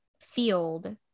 field